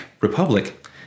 Republic